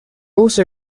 also